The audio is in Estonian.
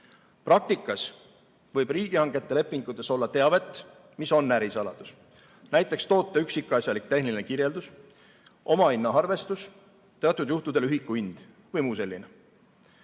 Praktikas võib riigihangete lepingutes olla teavet, mis on ärisaladus, näiteks toote üksikasjalik tehniline kirjeldus, omahinna arvestus, teatud juhtudel ühiku hind vms.